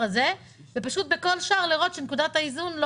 הזה ופשוט בכל שער לראות את נקודת האיזון.